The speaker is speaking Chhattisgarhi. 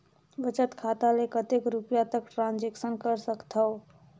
बचत खाता ले कतेक रुपिया तक ट्रांजेक्शन कर सकथव?